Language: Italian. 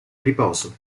riposo